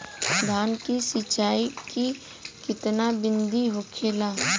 धान की सिंचाई की कितना बिदी होखेला?